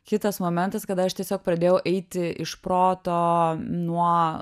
kitas momentas kada aš tiesiog pradėjau eiti iš proto nuo